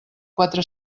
quatre